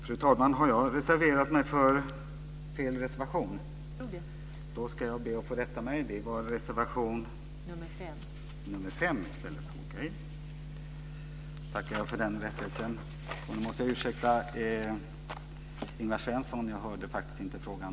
Fru talman! Om jag har yrkat bifall till fel reservation ska jag be att få rätta mig. Jag yrkar bifall till reservation nr 5. Jag måste be Ingvar Svensson om ursäkt, för jag hörde faktiskt inte frågan.